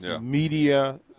media